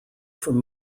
from